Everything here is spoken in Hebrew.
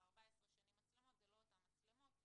14 שנים מצלמות זה לא אותן מצלמות.